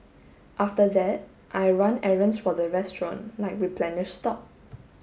after that I run errands for the restaurant like replenish stock